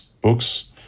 books